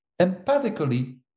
empathically